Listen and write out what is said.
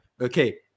Okay